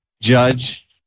judge